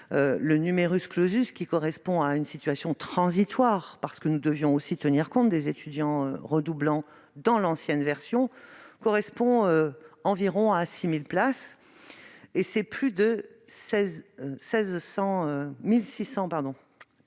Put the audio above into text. au nombre de places. Le, qui correspond à une situation transitoire, parce que nous devions tenir compte des étudiants redoublants dans l'ancienne version, atteint environ 6 000 places et c'est plus de 16 700 places